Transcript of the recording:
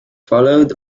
followed